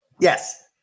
Yes